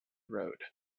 road